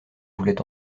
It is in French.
voulait